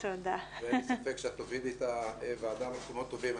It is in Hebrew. אין לי ספק שאת תובילי את הוועדה למקומות טובים.